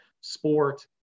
sport